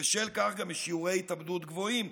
ובשל כך גם שיעורי ההתאבדות גבוהים.